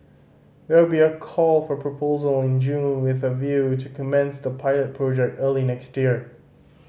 there will be a call for proposal in June with a view to commence the pilot project early next year